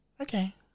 Okay